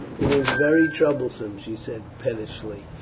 it is very troublesome, she said pettishly.